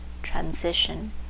transition